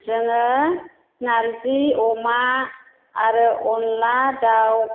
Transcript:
जोङो नार्जि अमा आरो अन्ला दाउ